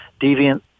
deviant